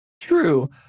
True